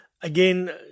again